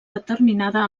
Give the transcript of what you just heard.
determinada